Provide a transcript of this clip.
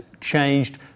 changed